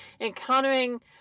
encountering